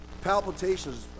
palpitations